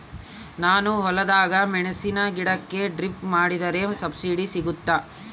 ನಾನು ಹೊಲದಾಗ ಮೆಣಸಿನ ಗಿಡಕ್ಕೆ ಡ್ರಿಪ್ ಮಾಡಿದ್ರೆ ಸಬ್ಸಿಡಿ ಸಿಗುತ್ತಾ?